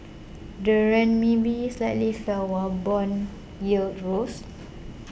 the Renminbi slightly fell while bond yields rose